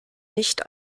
nicht